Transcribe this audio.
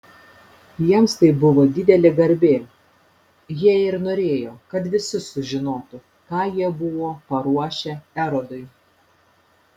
jiems tai buvo didelė garbė jie ir norėjo kad visi sužinotų ką jie buvo paruošę erodui